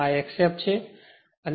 અને આ મારો x f છે